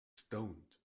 stoned